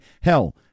Hell